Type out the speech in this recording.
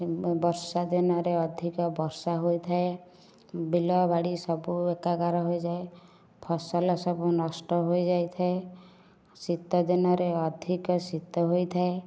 ବର୍ଷାଦିନରେ ଅଧିକ ବର୍ଷା ହୋଇଥାଏ ବିଲବାଡ଼ି ସବୁ ଏକାକାର ହୋଇଯାଏ ଫସଲ ସବୁ ନଷ୍ଟ ହୋଇଯାଇଥାଏ ଶୀତଦିନରେ ଅଧିକ ଶୀତ ହୋଇଥାଏ